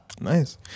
Nice